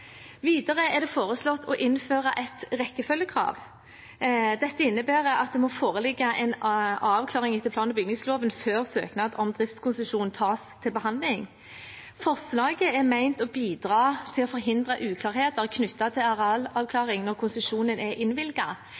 Videre er det foreslått å innføre et rekkefølgekrav. Dette innebærer at det må foreligge en avklaring etter plan- og bygningsloven før søknad om driftskonsesjon tas til behandling. Forslaget er ment å bidra til å forhindre uklarheter knyttet til arealavklaring når konsesjonen er